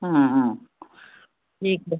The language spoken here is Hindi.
हाँ हाँ ठीक है